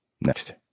next